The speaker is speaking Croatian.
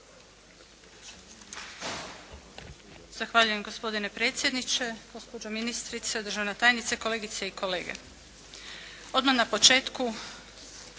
Zahvaljujem gospodine predsjedniče. Gospođo ministrice, državna tajnice, kolegice i kolege. Odmah na početku